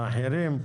האחרים,